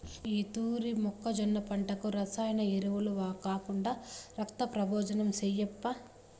ఈ తూరి మొక్కజొన్న పంటకు రసాయన ఎరువులు కాకుండా రక్తం ప్రబోజనం ఏయప్పా